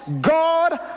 god